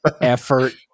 effort